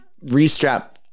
restrap